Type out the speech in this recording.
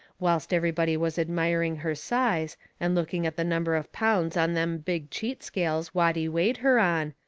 whilst everybody was admiring her size, and looking at the number of pounds on them big cheat scales watty weighed her on,